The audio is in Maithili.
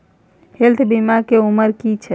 हेल्थ बीमा के उमर की छै?